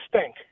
stink